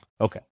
Okay